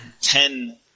ten